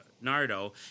Nardo